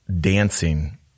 dancing